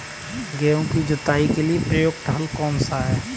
गेहूँ की जुताई के लिए प्रयुक्त हल कौनसा है?